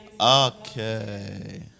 Okay